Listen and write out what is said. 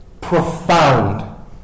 Profound